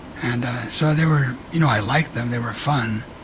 and so they were you know i liked them. they were fun,